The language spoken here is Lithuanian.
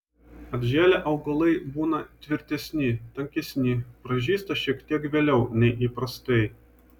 atžėlę augalai būna tvirtesni tankesni pražysta šiek tiek vėliau nei įprastai